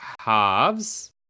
halves